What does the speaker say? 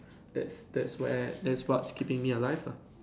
that's that's where that's what's keeping me alive lah